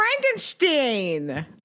Frankenstein